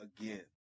again